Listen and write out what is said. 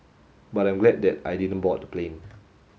but I'm glad that I didn't board the plane